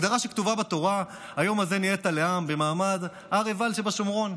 הגדרה שכתובה בתורה: "היום הזה נהיית לעם" במעמד הר עיבל שבשומרון.